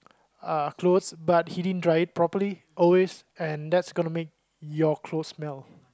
uh clothes but he didn't try it properly always and that's gonna make your clothes smell